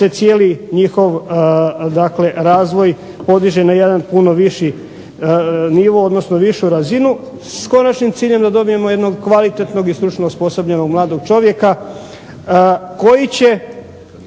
se cijeli njihov, dakle razvoj podiže na jedan puno viši nivo, odnosno višu razinu s konačnim ciljem da dobijemo jednog kvalitetnog i stručno osposobljenog mladog čovjeka koji će